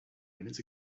minutes